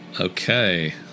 Okay